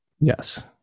Yes